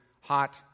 hot